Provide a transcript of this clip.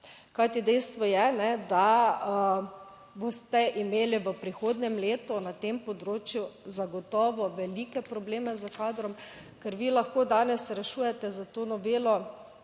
Kajti dejstvo je, da boste imeli v prihodnjem letu na tem področju zagotovo velike probleme s kadrom, ker vi lahko danes rešujete s to novelo